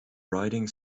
riding